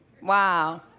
Wow